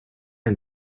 are